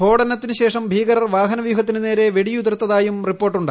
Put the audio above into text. സ്ഫോടനത്തിനു ശേഷം ഭീകരർ വാഹനവ്യൂഹത്തിനു നേരെ വെടിയുതിർത്തതാ യും റിപ്പോർട്ടുണ്ട്